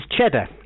Cheddar